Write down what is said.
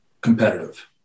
competitive